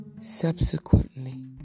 Subsequently